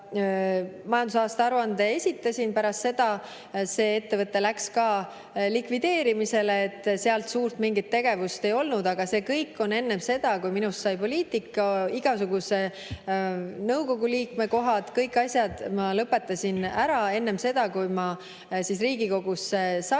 majandusaasta aruande esitasin, pärast seda see ettevõte läks likvideerimisele. Seal mingit suurt tegevust ei olnud. Aga see kõik oli enne seda, kui minust sai poliitik. Igasugused nõukogu liikme kohad, kõik asjad ma lõpetasin ära enne seda, kui ma Riigikogusse sain,